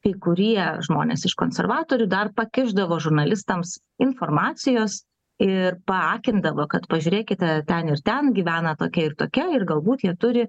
kai kurie žmonės iš konservatorių dar pakišdavo žurnalistams informacijos ir paakindavo kad pažiūrėkite ten ir ten gyvena tokia ir tokia ir galbūt jie turi